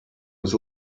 was